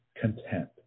content